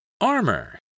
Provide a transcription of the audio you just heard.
ARMOR